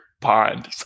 pond